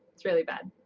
it's really bad.